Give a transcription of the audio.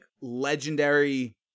legendary